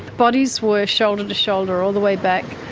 bodies were shoulder-to-shoulder all the way back,